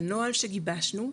בנוהל שגיבשנו,